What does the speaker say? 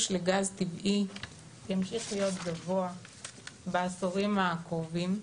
לגז טבעי ימשיך להיות גבוה בעשורים הקרובים.